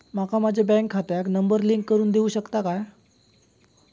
माका माझ्या बँक खात्याक नंबर लिंक करून देऊ शकता काय?